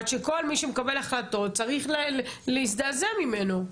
שכל מי שמקבל החלטות צריך להזדעזע ממנו.